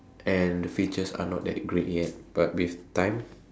and features are not that great yet but with time